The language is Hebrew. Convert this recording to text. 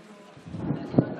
הזכות.